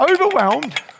overwhelmed